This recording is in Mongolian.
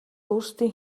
өөрсдийн